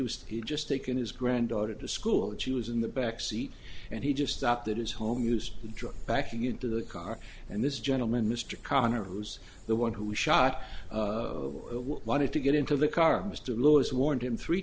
was he just taken his granddaughter to school and she was in the back seat and he just stopped at his home use the drug backing into the car and this gentleman mr connor who's the one who shot one and to get into the car mr lewis warned him three